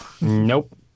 nope